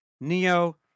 Neo